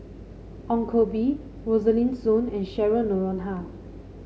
Ong Koh Bee Rosaline Soon and Cheryl Noronha